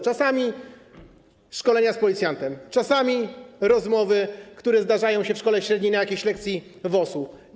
Czasami - szkolenia z policjantem, czasami - rozmowy, które zdarzają się w szkole średniej na lekcji WOS-u.